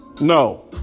no